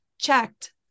checked